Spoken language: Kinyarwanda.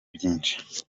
byinshi